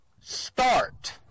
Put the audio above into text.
start